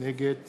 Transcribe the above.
נגד